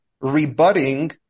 rebutting